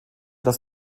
das